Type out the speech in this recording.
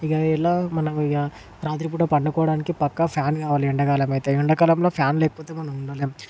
ఇక ఎలా మనమిక రాత్రిపూట పండుకోడానికి పక్కా ఫ్యాన్ కావాలి ఎండకాలమైతే ఎండకాలంలో ఫ్యాన్ లేకపోతే మనం ఉండలేం